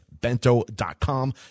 Bento.com